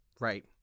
Right